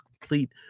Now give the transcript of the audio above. complete